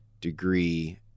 degree